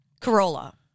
Corolla